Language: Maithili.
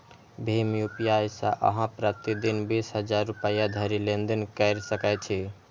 भीम यू.पी.आई सं अहां प्रति दिन बीस हजार रुपैया धरि लेनदेन कैर सकै छी